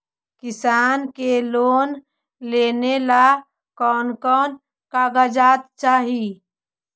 किसान के लोन लेने ला कोन कोन कागजात चाही?